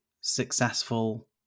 successful